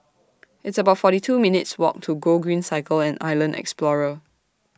It's about forty two minutes' Walk to Gogreen Cycle and Island Explorer